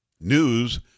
News